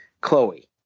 Chloe